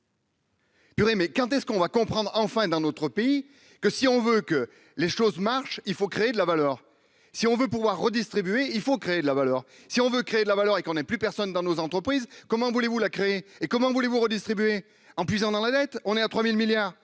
Purée mais quand est-ce qu'on va comprendre enfin dans notre pays que si on veut que les choses marchent, il faut créer de la valeur, si on veut pouvoir redistribuer, il faut créer de la valeur, si on veut créer de la valeur et qu'on ait plus personne dans nos entreprises, comment voulez-vous la créer et comment voulez-vous redistribuer en puisant dans la dette, on est à 3000 milliards